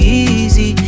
easy